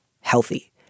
healthy